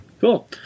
Cool